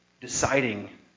deciding